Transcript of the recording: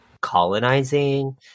colonizing